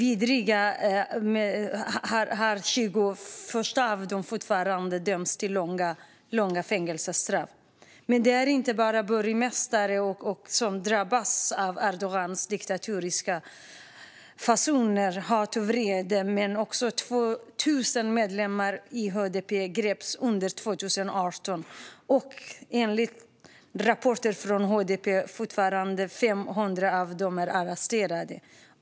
21 av dem har dömts till långa fängelsestraff. Inte bara borgmästare drabbas av Erdogans diktatoriska fasoner, hat och vrede. Under 2018 greps också 2 000 medlemmar i HDP. Enligt rapporter från HDP är 500 av dem fortfarande arresterade.